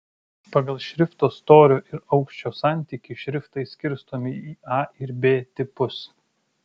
pagal šrifto storio ir aukščio santykį šriftai skirstomi į a ir b tipus